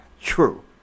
true